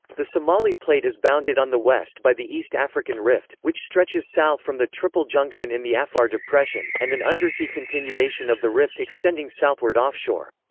the somali plate is bounded on the west by the east african rift, which stretches south from the triple junction in the afar depression, and an undersea continuation of the rift extending southward offshore.